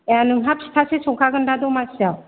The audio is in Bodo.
ए नोंहा फिथासो सौखागोन दा दमासिआव